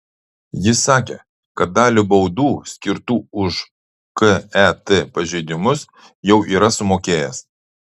jis sakė kad dalį baudų skirtų už ket pažeidimus jau yra sumokėjęs